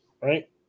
right